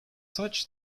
such